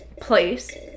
place